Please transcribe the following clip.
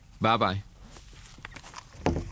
Bye-bye